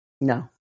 No